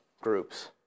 groups